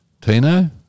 Tino